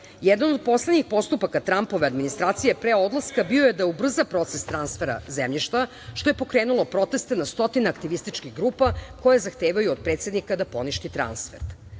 Jedan od poslednjih postupaka Trampove administracije pre odlaska bio je da ubrza proces transfera zemljišta, što je pokrenulo proteste na stotine aktivističkih grupa koje zahtevaju od predsednika da poništi transfer. Rudnik